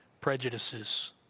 prejudices